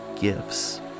gifts